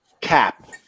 cap